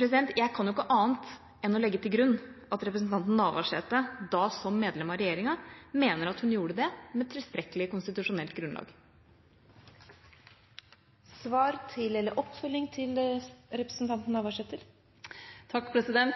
Jeg kan ikke annet enn å legge til grunn at representanten Navarsete, da som medlem av regjeringa, mener at hun gjorde det med tilstrekkelig konstitusjonelt grunnlag. Årsaka til